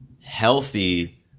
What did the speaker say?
healthy